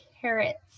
carrots